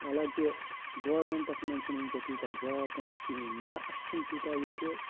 حالانٛکہ گورمینٛٹَس منٛز چھِنہٕ وٕنکیٚس تیٖتیٛاہ جاب تِنہٕ کِہیٖنۍ یا اَسہِ چھِنہٕ تیوٗتاہ ییٚتہِ